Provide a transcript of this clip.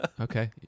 Okay